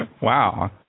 Wow